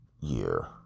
year